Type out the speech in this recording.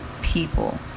people